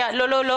לא,